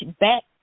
back